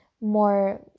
more